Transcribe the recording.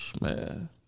man